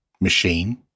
machine